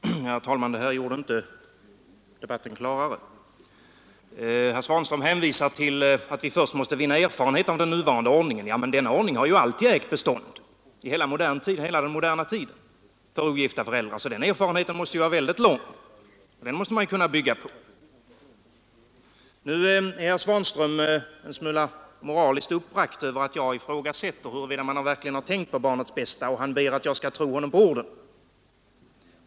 Herr talman! Detta senaste inlägg gjorde inte debatten klarare. Herr Svanström sade att vi först måste vinna erfarenhet av den nuvarande ordningen för ogifta föräldrar, men den har ju alltid ägt bestånd i modern tid. Den erfarenheten är alltså mycket lång, och därför måste vi kunna bygga på den. Herr Svanström är en smula moraliskt uppbragt över att jag ifrågasätter huruvida man verkligen har tänkt på barnets bästa, och han ber att jag i det fallet skall tro honom på hans ord.